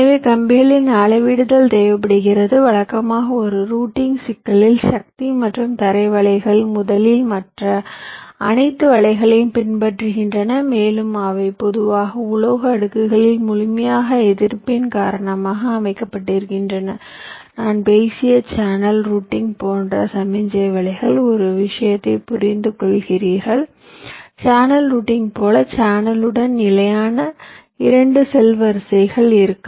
எனவே கம்பிகளின் அளவிடுதல் தேவைப்படுகிறது வழக்கமாக ஒரு ரூட்டிங் சிக்கலில் சக்தி மற்றும் தரை வலைகள் முதலில் மற்ற அனைத்து வலைகளையும் பின்பற்றுகின்றன மேலும் அவை பொதுவாக உலோக அடுக்குகளில் முழுமையாக எதிர்ப்பின் காரணமாக அமைக்கப்பட்டிருக்கின்றன நான் பேசிய சேனல் ரூட்டிங் போன்ற சமிக்ஞை வலைகள் ஒரு விஷயத்தைப் புரிந்துகொள்கிறீர்கள் சேனல் ரூட்டிங் போல சேனலுடன் நிலையான இரண்டு செல் வரிசைகள் இருக்கும்